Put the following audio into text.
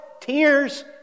tears